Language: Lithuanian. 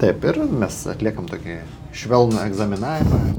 taip ir mes atliekam tokį švelnų egzaminavimą